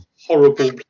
horrible